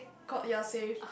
co~ ya save